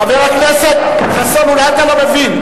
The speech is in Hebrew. חבר הכנסת חסון, אולי אתה לא מבין.